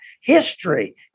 history